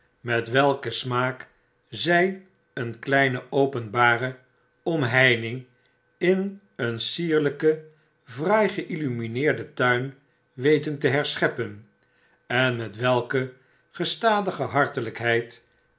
met welken smaak zjj een kleine openbare omheining in een sierljjken fraai geillumineerden tuin weten te herscheppen en met welke gestadige